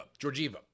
Georgieva